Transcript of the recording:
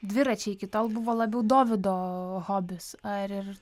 dviračiai iki tol buvo labiau dovydo hobis ar ir